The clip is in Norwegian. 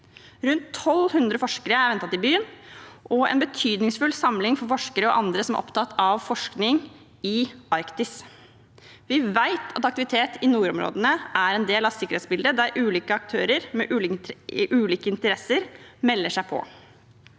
Rundt 1 200 forskere er ventet til byen, og det er en betydningsfull samling for forskere og andre som er opptatt av forskning i Arktis. Vi vet at aktivitet i nordområdene er en del av sikkerhetsbildet, der ulike aktører med ulike interesser melder seg på.